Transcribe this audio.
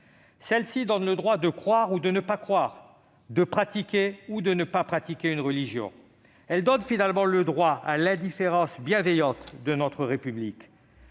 Celle-ci donne le droit de croire ou de ne pas croire, de pratiquer ou de ne pas pratiquer une religion ; elle donne finalement le droit à l'indifférence bienveillante de notre République.